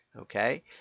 okay